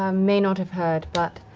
um may not have heard, but